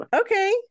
okay